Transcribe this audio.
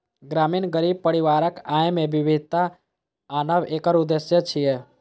ग्रामीण गरीब परिवारक आय मे विविधता आनब एकर उद्देश्य छियै